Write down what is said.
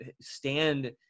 stand